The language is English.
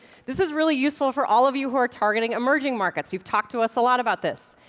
this is really useful for all of you who are targeting emerging markets. you've talked to us a lot about this.